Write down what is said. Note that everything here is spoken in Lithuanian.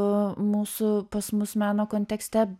mūsų pas mus meno kontekste